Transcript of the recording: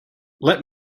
let